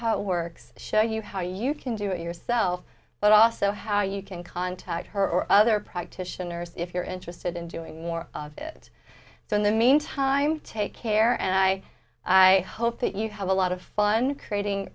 how it works show you how you can do it yourself but also how you can contact her or other practitioners if you're interested in doing more of it so in the mean time take care and i i hope that you have a lot of fun creating